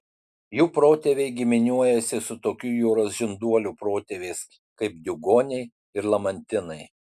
jų protėviai giminiuojasi su tokių jūros žinduolių protėviais kaip diugoniai ir lamantinai